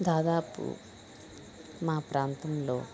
దాదాపు మా ప్రాంతంలో